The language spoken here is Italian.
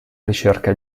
ricerca